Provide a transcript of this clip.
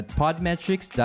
podmetrics